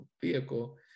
vehicle